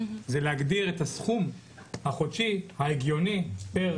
זה להגדיר את הסכום החודשי ההגיוני פר